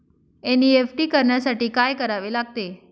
NEFT करण्यासाठी काय करावे लागते?